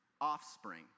offspring